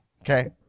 Okay